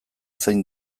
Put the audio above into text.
zain